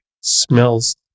smells